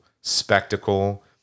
spectacle